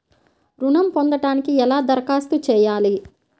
ఋణం పొందటానికి ఎలా దరఖాస్తు చేయాలి?